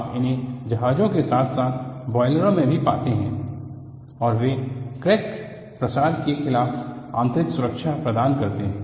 आप उन्हें जहाजों के साथ साथ बॉयलरों में भी पाते हैं और वे क्रैक प्रसार के खिलाफ आन्तरिक सुरक्षा प्रदान करते हैं